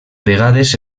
vegades